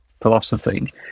philosophy